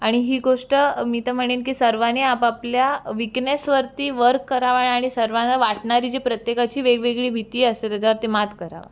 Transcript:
आणि ही गोष्ट मी तर म्हणेन की सर्वानी आपापल्या विकनेसवरती वर्क करावं आणि सर्वांना वाटणारी जी प्रत्येकाची वेगवेगळी भीती असते त्याच्यावरती मात करावं